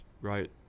right –